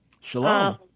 Shalom